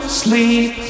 sleep